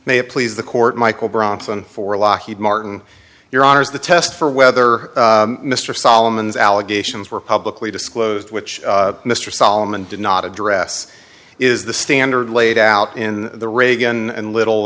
may please the court michael bronson for lockheed martin your honour's the test for whether mr solomon's allegations were publicly disclosed which mr solomon did not address is the standard laid out in the reagan and little